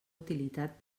utilitat